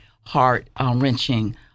heart-wrenching